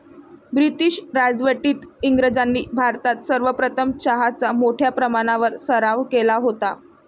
British राजवटीत इंग्रजांनी भारतात सर्वप्रथम चहाचा मोठ्या प्रमाणावर सराव केला होता